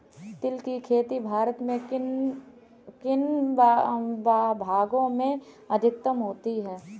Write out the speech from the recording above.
तिल की खेती भारत के किन भागों में अधिकतम होती है?